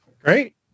Great